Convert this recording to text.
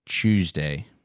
tuesday